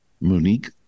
Monique